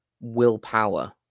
willpower